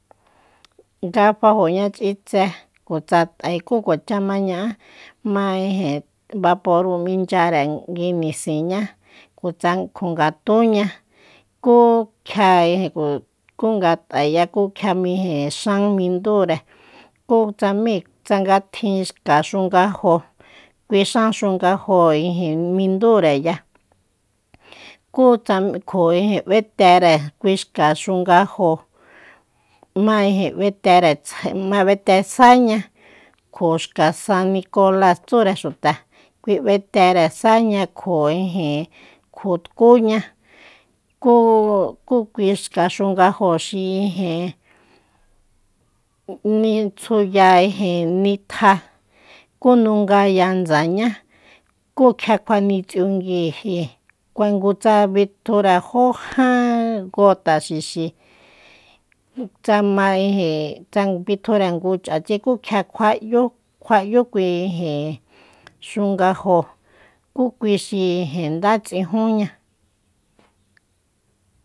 Nga fajoña ch’itse kjutsa t’ai kú kuacha ña’a ma ijin baporru minchare nguinisinña kjutsa kju ngatunña kú kjia ijin kú nga t’aiya kú kjia ijin xan mindure kú tsajmi tsanga tjin xka xungajo kui xan xungajo ijin mindureya kjutsa kju ijin ‘betere kui xka xungajo ma ijin ‘betere tsjai ma ‘bete saña kju xka san niokolas tsúre xuta kui ‘betere saña kju ijin kju tkuña kúu ku kui xka xungajo xi ijin nitsjuya ijin nitja kú nungaya ndsaña kú kjia kjuanits’iunguiji kua ngu tsa butjure jo jan gota xixi tsa ma ijin tsa btitjure ngu ch’achi kú kjia kjua’yu kjua’yu kui ijin xungajo kú kui xi ijin ndá ts’ijunña.